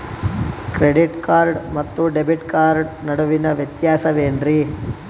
Credit card ಮತ್ತು debit card ನಡುವಿನ ವ್ಯತ್ಯಾಸ ವೇನ್ರೀ?